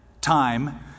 time